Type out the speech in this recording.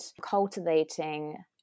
cultivating